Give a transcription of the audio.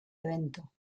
evento